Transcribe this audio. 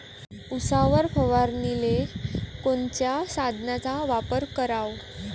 उसावर फवारनीले कोनच्या साधनाचा वापर कराव?